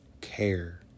care